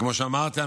כמו שאמרתי,